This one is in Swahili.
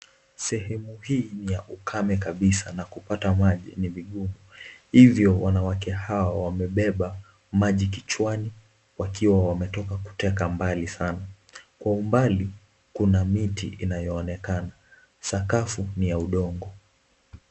Sehemu hii ni ya ukame kabisa na kupata maji ni vigumu hivyo wanawake hawa wamebeba maji kichwani wakiwa wametoka kuteka mbali sana, kwa umbali kuna miti inayoonekana sakafu ni ya udongo.